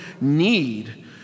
need